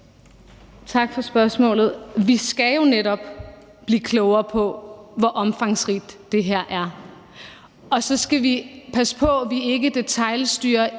Tak for spørgsmålet. Vi skal jo netop blive klogere på, hvor omfangsrigt det her er. Og så skal vi passe på, at vi ikke detailstyrer